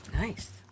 Nice